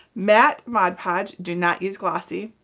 matte mod podge, do not use glossy,